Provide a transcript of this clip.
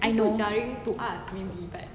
I so